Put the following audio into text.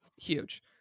huge